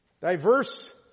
Diverse